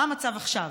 מה המצב עכשיו?